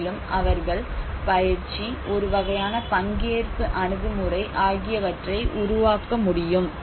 மேலும் அவர்கள் பயிற்சி ஒரு வகையான பங்கேற்பு அணுகுமுறை ஆகியவற்றை உருவாக்க முடியும்